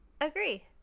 agree